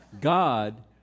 God